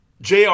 JR